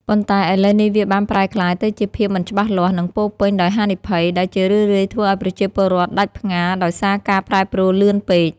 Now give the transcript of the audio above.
ប៉ុន្តែឥឡូវនេះវាបានប្រែក្លាយទៅជាភាពមិនច្បាស់លាស់ និងពោរពេញដោយហានិភ័យ ដែលជារឿយៗធ្វើឱ្យប្រជាពលរដ្ឋដាច់ផ្ងារដោយសារការប្រែប្រួលលឿនពេក។